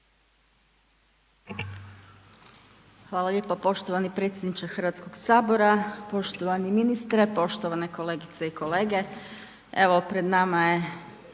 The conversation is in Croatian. Hvala lijepa poštovani potpredsjedniče Hrvatskog sabora. Poštovani ministre sa suradnicima, kolegice i kolegice,